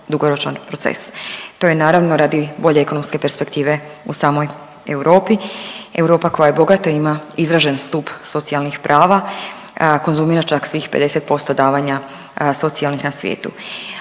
to je naravno radi bolje ekonomske perspektive u samoj Europi. Europa koja je bogata ima izražen stup socijalnih prava, konzumira čak svih 50% davanja socijalnih na svijetu,